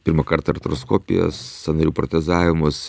pirmąkart artroskopijas sąnarių protezavimus